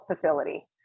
facility